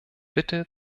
bitte